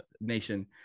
nation